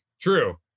True